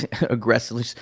aggressively